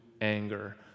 anger